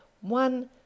one